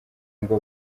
ngo